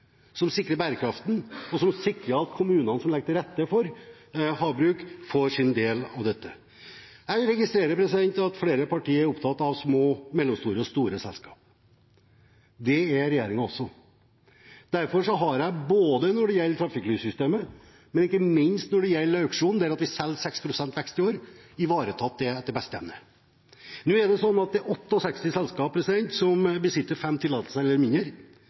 sikrer bærekraften og sikrer at kommunene som legger til rette for havbruk, får sin del av dette. Jeg registrerer at flere partier er opptatt av små, mellomstore og store selskaper. Det er regjeringen også, og derfor har jeg når det gjelder trafikklyssystemet, men ikke minst når det gjelder auksjonen, der vi selger 6 pst. vekst i år, ivaretatt det etter beste evne. Det er 68 selskaper som besitter 5 tillatelser eller færre, det er 25 selskaper som besitter 6 eller 20 tillatelser, og det er 9 selskaper som besitter 21 eller